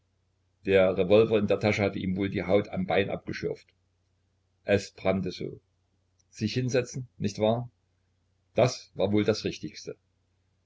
der revolver in der tasche hat ihm wohl die haut am bein abgeschürft es brannte so sich hinsetzen nicht wahr das war wohl das richtigste